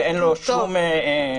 שאין בו שום מקצועיות.